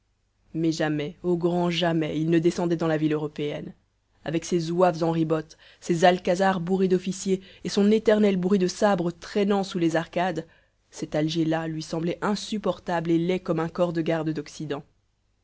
mais jamais au grand jamais il ne descendait dans la ville européenne avec ses zouaves en ribotte ses alcazars bourrés d'officiers et son éternel bruit de sabres traînant sous les arcades cet alger là lui semblait insupportable et laid comme un corps de garde d'occident